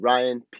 Ryan